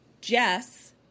Jess